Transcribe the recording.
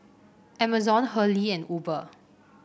Amazon Hurley and Uber